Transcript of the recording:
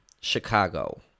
Chicago